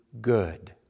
good